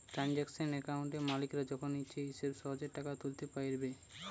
transaction অ্যাকাউন্টে মালিকরা যখন ইচ্ছে হবে সহেজে টাকা তুলতে পাইরবে